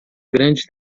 grande